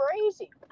crazy